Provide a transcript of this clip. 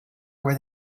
where